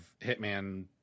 hitman